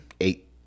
eight